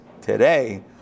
today